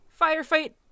Firefight